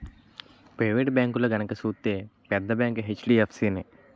private బేంకుల్లో గనక సూత్తే పెద్ద బేంకు హెచ్.డి.ఎఫ్.సి నే